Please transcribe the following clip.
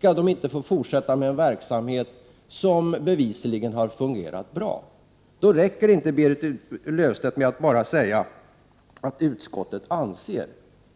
de inte skall få fortsätta med en verksamhet som bevisligen har fungerat bra. Då räcker det inte, Berit Löfstedt, att bara säga att utskottet anser.